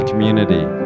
community